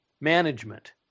management